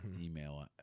email